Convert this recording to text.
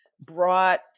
brought